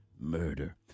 Murder